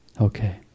Okay